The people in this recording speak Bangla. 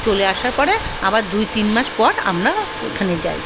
চলে আসার পরে আবার দুই তিন মাস পর আমরা ওখানে যাই